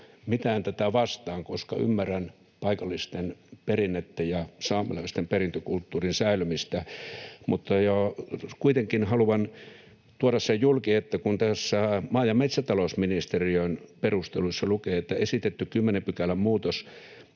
mitään tätä vastaan, koska ymmärrän paikallisten perinnettä ja saamelaisten perintökulttuurin säilymistä, mutta kuitenkin haluan tuoda julki sen, että tässä maa- ja metsätalousministeriön perusteluissa lukee: ”Esitetty 10 §:n muutos